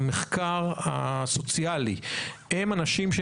אתה אומר את זה על בסיס מחקר, על בסיס השערה?